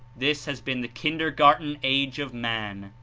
this has been the kindergarten age of man,